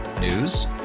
News